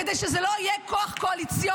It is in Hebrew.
כדי שזה לא יהיה כוח קואליציוני.